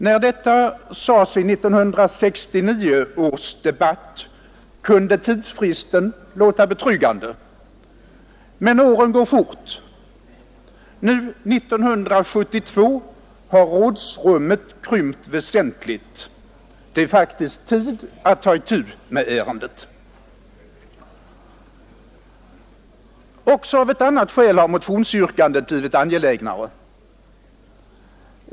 När detta sades i 1969 års debatt kunde tidsfristen låta betryggande. Men åren går fort. Nu, 1972, har rådrummet krympt väsentligt — det är faktiskt tid att ta itu med ärendet. Också av ett annat skäl har motionsyrkandet blivit angelägnare.